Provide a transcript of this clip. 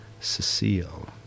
Cecile